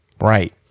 Right